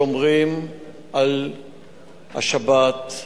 שומרים על השבת,